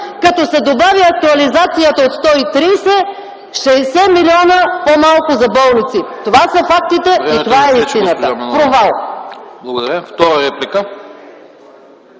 като се добави актуализацията от 130 – 60 милиона по-малко за болници! Това са фактите и това е истината! Провал!